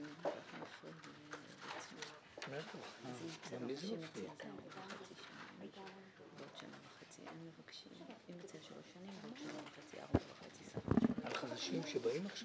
ארבע שנים וחצי על לקוחות קיימים ואפס זמן על חדשים.